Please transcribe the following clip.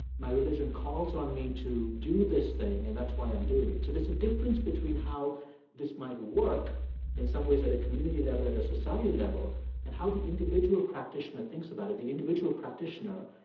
my religion calls on me to do this thing, and that's why i'm doing it. so there's a difference between how this might work in some ways at a community level, at a society level and how the individual practitioner thinks about it. the individual practitioner,